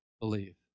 believe